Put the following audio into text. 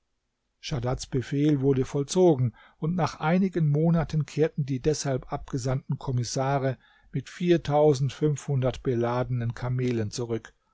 schadads befehl wurde vollzogen und nach einigen monaten kehrten die deshalb abgesandten kommissare mit viertausendfünfhundert beladenen kamelen zurück